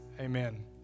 Amen